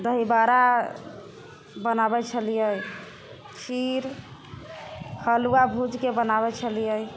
दही बाड़ा बनाबै छलिए खीर हलुआ भुजिके बनाबै छलिए